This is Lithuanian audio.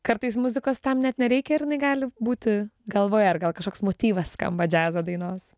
kartais muzikos tam net nereik ir jinai gali būti galvoj ar gal kažkoks motyvas skamba džiazo dainos